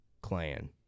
clan